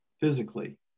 physically